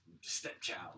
stepchild